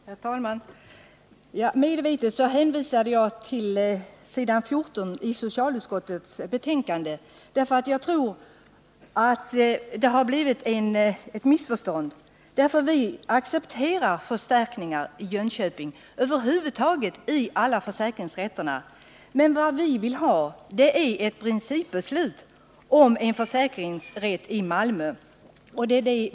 Herr talman! Medvetet hänvisade jag till reservationens text som står på s. 14 i socialförsäkringsutskottets betänkande. Jag tror nämligen att det uppstått ett missförstånd. Vi accepterar förstärkningar av försäkringsrätten i Jönköping, ja, av alla försäkringsrätterna. Men vad vi vill ha är ett principbeslut om lokalisering av en ny försäkringsrätt till Malmö.